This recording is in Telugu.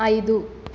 ఐదు